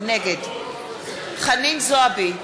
נגד חנין זועבי,